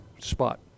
spot